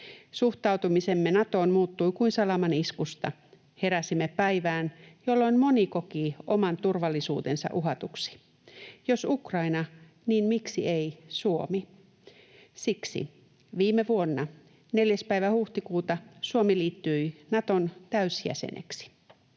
Suhtautumisemme Natoon muuttui kuin salamaniskusta. Heräsimme päivään, jolloin moni koki oman turvallisuutensa uhatuksi: jos Ukraina, niin miksi ei Suomi? Siksi viime vuonna, 4. päivä huhtikuuta Suomi liittyi Naton täysjäseneksi.